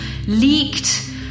liegt